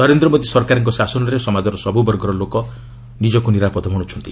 ନରେନ୍ଦ୍ର ମୋଦି ସରକାରଙ୍କ ଶାସନରେ ସମାଜର ସବୁ ବର୍ଗର ଲୋକ ନିଜକୁ ନିରାପଦ ମଣ୍ରଛନ୍ତି